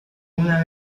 una